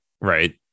Right